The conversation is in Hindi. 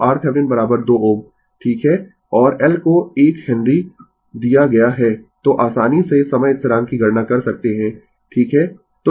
तो RThevenin 2 Ω ठीक है और L को 1 हेनरी दिया गया है तो आसानी से समय स्थिरांक की गणना कर सकते है ठीक है